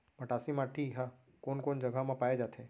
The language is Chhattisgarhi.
मटासी माटी हा कोन कोन जगह मा पाये जाथे?